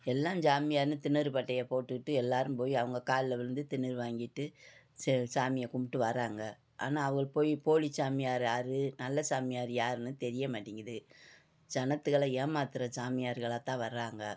எல்லாம் சாமியார்ன்னு திருந்நூறு பட்டைய போட்டுட்டு எல்லாரும் போய் அவங்க காலைல விழுந்து திருந்நூறு வாங்கிட்டு சரி சாமியை கும்பிட்டு வாராங்க ஆனால் அவுகள் போயி போலிச் சாமியாரு யாரு நல்ல சாமியாரு யாருன்னு தெரிய மாட்டிங்கிது சனத்துகள ஏமாத்துற சாமியார்களாகதான் வர்றாங்க